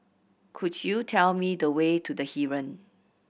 could you tell me the way to The Heeren